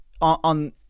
on